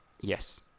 Yes